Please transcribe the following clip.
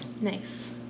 Nice